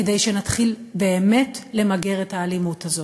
כדי שנתחיל באמת למגר את האלימות הזאת.